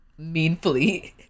meanfully